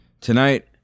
tonight